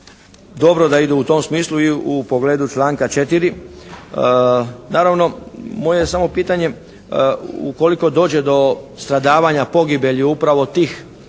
dobro da idu u tom smislu i u pogledu članka 4. Naravno, moje je samo pitanje ukoliko dođe do stradavanja, pogibelji upravo tih